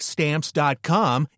Stamps.com